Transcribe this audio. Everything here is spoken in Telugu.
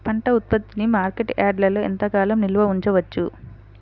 పంట ఉత్పత్తిని మార్కెట్ యార్డ్లలో ఎంతకాలం నిల్వ ఉంచవచ్చు?